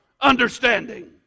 understanding